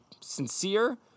sincere